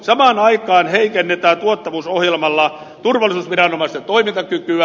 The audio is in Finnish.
samaan aikaan heikennetään tuottavuusohjelmalla turvallisuusviranomaisten toimintakykyä